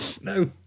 No